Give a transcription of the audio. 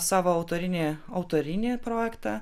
savo autorinį autorinį projektą